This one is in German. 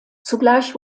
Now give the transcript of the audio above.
zugleich